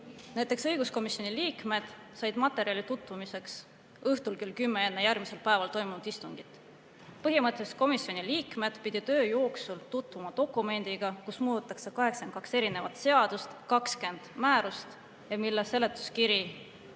Näiteks õiguskomisjoni liikmed said materjalid tutvumiseks õhtul kell 10 enne järgmisel päeval toimunud istungit. Põhimõtteliselt pidid komisjoni liikmed öö jooksul tutvuma dokumendiga, kus muudetakse 82 erinevat seadust ja 20 määrust ja mille seletuskiri